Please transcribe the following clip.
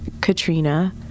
Katrina